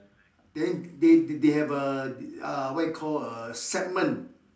then they they have a uh what you call a segment